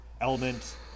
element